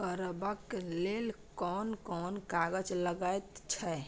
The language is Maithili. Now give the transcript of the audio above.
करबाक लेल कोन कोन कागज लगैत छै